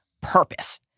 purpose